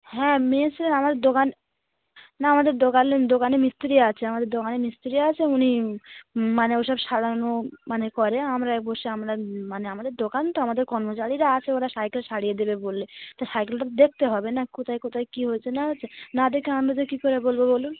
হ্যাঁ মেয়েস আমাদের দোকান না আমাদের দোকান দোকানে মিস্ত্রি আছে আমাদের দোকানে মিস্ত্রি আছে উনি মানে ওসব সারানো মানে করে আমরা এক বসে আমরা মানে আমাদের দোকান তো আমাদের কর্মচারীরা আছে ওরা সাইকেল সারিয়ে দেবে বললে তা সাইকেলটা দেখতে হবে না কোথায় কোথায় কী হয়েছে না হছে না দেখে আন্দাজে কি করে বলবো বলুন